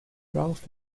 ralph